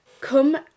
Come